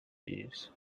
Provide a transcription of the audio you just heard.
this